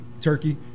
turkey